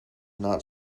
not